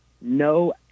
no